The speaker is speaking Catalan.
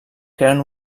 creen